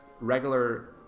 regular